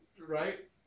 right